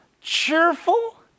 cheerful